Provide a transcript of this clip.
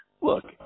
look